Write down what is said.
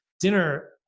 dinner